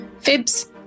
fibs